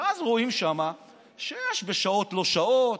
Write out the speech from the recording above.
ואז רואים שיש שם שיחות בשעות לא שעות,